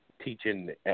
teaching